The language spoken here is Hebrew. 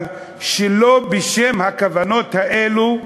אבל בשם הכוונות האלו,